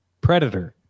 Predator